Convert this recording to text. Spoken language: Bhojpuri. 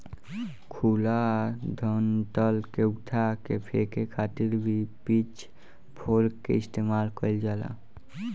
खुला डंठल के उठा के फेके खातिर भी पिच फोर्क के इस्तेमाल कईल जाला